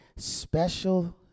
special